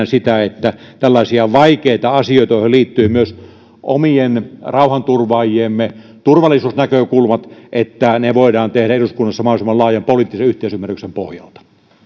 sitä että tällaiset vaikeat asiat joihin liittyy myös omien rauhanturvaajiemme turvallisuusnäkökulmat voidaan tehdä eduskunnassa mahdollisimman laajan poliittisen yhteisymmärryksen pohjalta